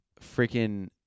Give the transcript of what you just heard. freaking